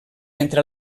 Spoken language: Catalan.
entre